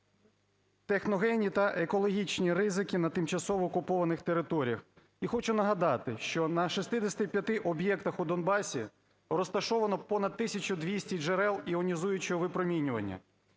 техногенні та екологічні ризики на тимчасово окупованих територіях. І хочу нагадати, що на 65 об'єктах у Донбасі, розташовано понад 1200 джерел іонізуючого випромінювання.